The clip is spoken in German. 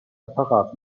apparat